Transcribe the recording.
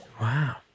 Wow